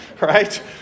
right